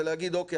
ולהגיד: אוקיי,